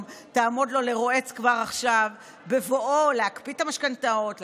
תעמוד לו לרועץ כבר עכשיו בבואו להקפיא את המשכנתאות,